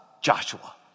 Joshua